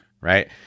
Right